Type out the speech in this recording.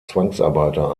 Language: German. zwangsarbeiter